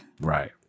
Right